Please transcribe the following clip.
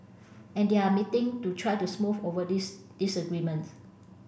and they are meeting to try to smooth over these disagreement